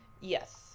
Yes